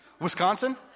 Wisconsin